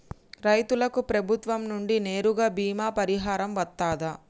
రైతులకు ప్రభుత్వం నుండి నేరుగా బీమా పరిహారం వత్తదా?